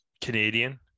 Canadian